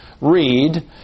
read